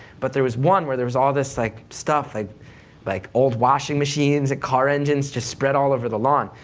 but there was one where there was all this like stuff, like like old washing machines, and car engines just spread all over the lawn.